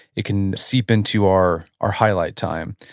it can seep into our our highlight time.